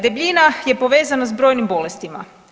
Debljina je povezana s brojnim bolestima.